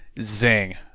Zing